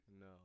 No